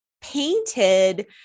painted